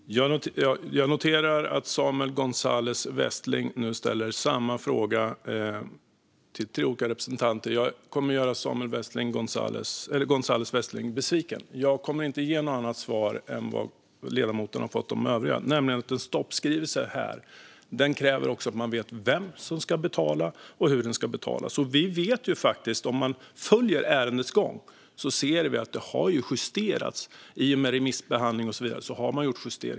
Fru talman! Jag noterar att Samuel Gonzalez Westling nu har ställt samma fråga till tre olika representanter. Jag kommer att göra Samuel Gonzalez Westling besviken. Jag kommer inte att ge något annat svar än det ledamoten har fått av de andra, nämligen att en stoppskrivelse kräver att man vet vem som ska betala och hur det ska betalas. Om man följer ärendets gång ser man att det har justerats i och med remissbehandling och så vidare.